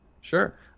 Sure